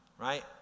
right